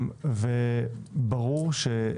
אי